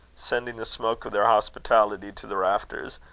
sending the smoke of their hospitality to the rafters,